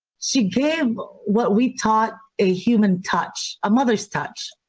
she gave what we taught a human touch, a mother's touch